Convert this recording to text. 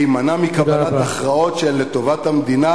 להימנע מקבלת הכרעות שהן לטובת המדינה,